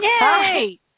Yay